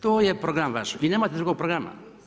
To je program vaš, vi nemate drugog programa.